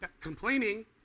Complaining